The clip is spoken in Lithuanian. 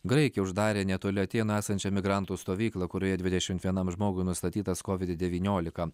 graikija uždarė netoli atėnų esančią migrantų stovyklą kurioje dvidešimt vienam žmogui nustatytas covid devyniolika